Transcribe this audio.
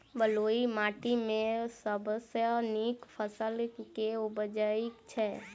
बलुई माटि मे सबसँ नीक फसल केँ उबजई छै?